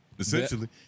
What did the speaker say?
essentially